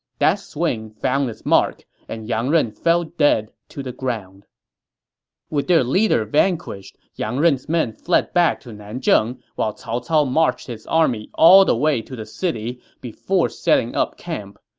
that swing found its mark, and yang ren fell dead to the ground with their leader vanquished, yang ren's men fled back to nanzheng, while cao cao marched his army all the way to the city before setting up camp.